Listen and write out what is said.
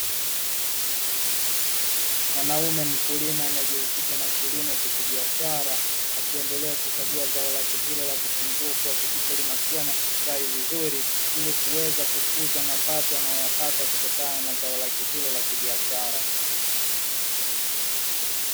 Mwanaume mkulima anayejihusisha na kilimo cha kibiashara akiendelea kukagua zao lake hilo la vitunguu kuhakikisha linakuwa na kustawi vizuri akiweza kukuza mapato anayo yapata kutokana na zao lake hilo la kibiashara.